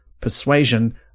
Persuasion